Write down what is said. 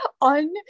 on